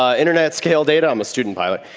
ah internet-scale data. i'm a student pilot.